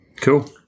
Cool